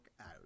out